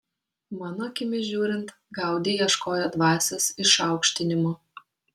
mano akimis žiūrint gaudi ieškojo dvasios išaukštinimo